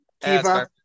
Kiba